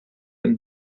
and